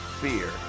Fear